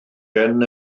ben